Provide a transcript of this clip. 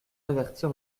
avertir